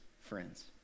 friends